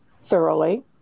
thoroughly